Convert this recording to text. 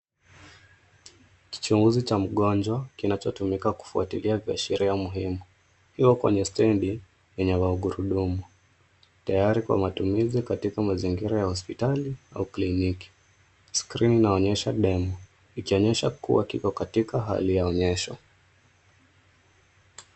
Kicheuzi cha mgonjwa kinachotumika kufwatilia viashiria muhimu ikiwa kwenye stendi ya magurudumu tayari kwa matumizi katika hospitali au kliniki. Skrini inaonyesha DEMO ikionyesha iko katika hali ya onyesho.